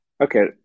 Okay